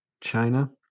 China